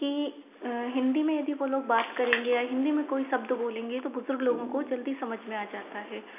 कि हिंदी में यदि वो लोग बात करेंगे या हिंदी में कोई शब्द बोलेंगे तो बुज़ुर्ग लोगों को जल्दी समझ में आ जाता है